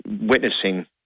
witnessing